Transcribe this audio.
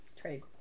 Trade